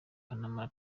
panama